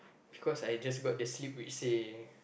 cause I just got the slip which say